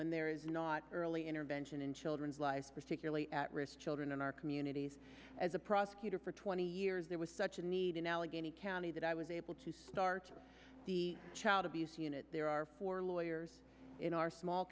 when there is not early intervention in children's lives particularly at risk children in our communities as a prosecutor for twenty years there was such a need in allegheny county that i was able to start the child abuse unit there are four lawyers in our small